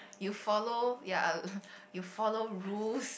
you follow ya you follow rules